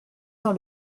dans